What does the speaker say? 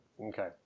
Okay